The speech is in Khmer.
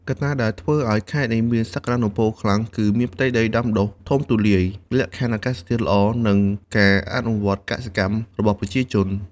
កត្តាដែលធ្វើឱ្យខេត្តនេះមានសក្ដានុពលខ្លាំងគឺ មានផ្ទៃដីដាំដុះធំទូលាយ លក្ខខណ្ឌអាកាសធាតុល្អ និងការអនុវត្តកសិកម្មរបស់ប្រជាជន។